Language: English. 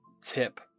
tip